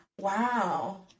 Wow